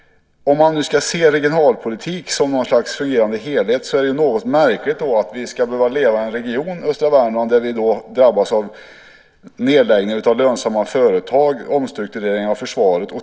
Om man nu ska se regionalpolitik som något slags fungerande helhet är det något märkligt att vi ska behöva leva i en region, östra Värmland, där vi drabbas av nedläggningar av lönsamma företag och omstruktureringar av försvaret.